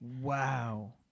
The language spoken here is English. Wow